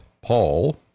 Paul